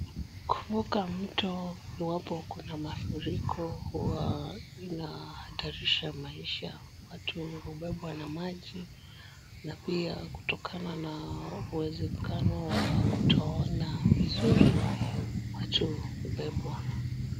Kuvuka mto iwapo kuna mafuriko huwa inahatarisha maisha, watu hubebwa na maji na pia kutokana na uwezekano wa kutoona vizuri watu hubebwa .